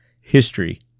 history